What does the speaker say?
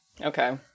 Okay